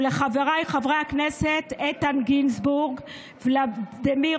ולחבריי חברי הכנסת איתן גינזבורג, ולדימיר